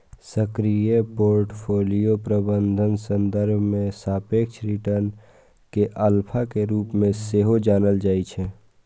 सक्रिय पोर्टफोलियो प्रबंधनक संदर्भ मे सापेक्ष रिटर्न कें अल्फा के रूप मे सेहो जानल जाइ छै